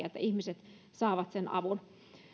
että ihmiset saavat sen avun